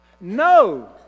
No